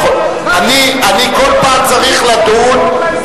אני כל פעם צריך לדון,